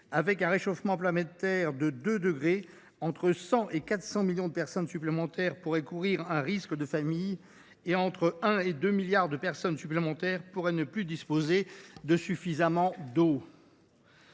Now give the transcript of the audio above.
Avec un réchauffement planétaire de 2 degrés Celsius, entre 100 millions et 400 millions de personnes supplémentaires pourraient courir un risque de famine ; entre 1 milliard et 2 milliards de personnes supplémentaires pourraient ne plus disposer de suffisamment d’eau.